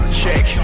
check